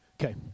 Okay